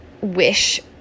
wish